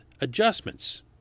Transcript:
adjustments